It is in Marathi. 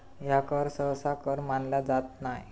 ह्या कर सहसा कर मानला जात नाय